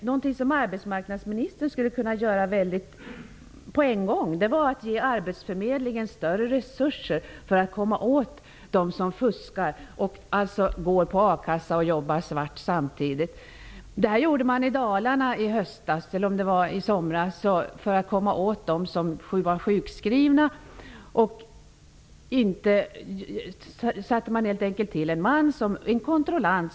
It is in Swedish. Någonting som arbetsmarknadsministern skulle kunna göra på en gång vore att ge arbetsförmedlingen större resurser för att komma åt dem som fuskar, dem som får akassa och samtidigt jobbar svart. I höstas eller somras arbetade man i Dalarna för att komma åt människor som var sjukskrivna och samtidigt arbetade. Man tillsatte helt enkelt en kontrollant.